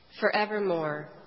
forevermore